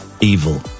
evil